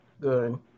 good